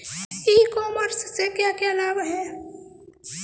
ई commerce से क्या क्या लाभ हैं?